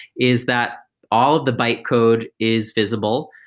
is that all of the bite code is visible.